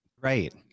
Right